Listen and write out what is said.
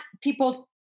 people